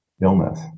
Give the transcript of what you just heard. illness